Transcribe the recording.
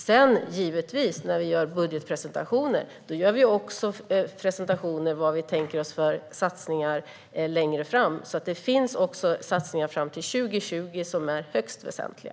När vi sedan gör budgetpresentationer gör vi också presentationer av vad vi tänker oss för satsningar längre fram. Det finns alltså också satsningar fram till 2020 som är högst väsentliga.